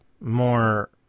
more